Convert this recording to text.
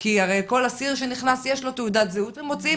כי הרי כל אסיר שנכנס יש לו תעודת זהות ומוציאים